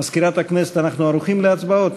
מזכירת הכנסת, אנחנו ערוכים להצבעות?